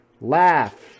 laugh